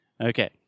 Okay